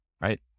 Right